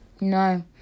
No